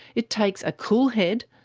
it takes a cool head,